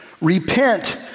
Repent